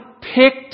picked